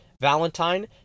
Valentine